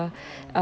oh